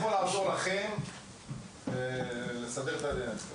מה יכול לעזור לכם לסדר את העניין הזה?